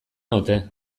naute